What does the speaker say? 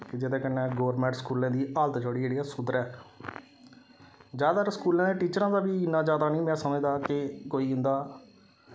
कि जेह्दे कन्नै गौरमेंट स्कूलें दी हालत जोह्ड़ी जेह्ड़ी ऐ ओह् सुधरै जैदातर स्कूलें दे टीचरें दा बी इन्ना जैदा निं में समझदा कि कोई इं'दा